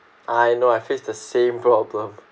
I know I face the same problem